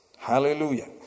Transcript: Hallelujah